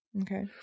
Okay